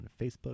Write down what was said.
facebook